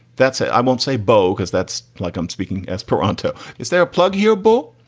that's it. i won't say bo because that's like i'm speaking as paronto. is there a plug here. bo.